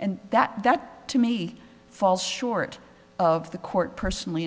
and that that to me falls short of the court personally